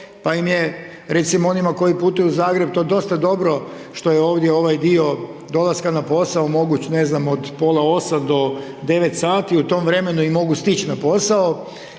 pa im je, recimo onima koji putuju u Zagreb to dosta dobro što je ovdje ovaj dio dolaska na posao moguć ne znam, od pola 8 do 9 sati, u tom vremenu i mogu stići na posao